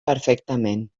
perfectament